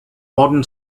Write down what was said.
modern